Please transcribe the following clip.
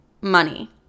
money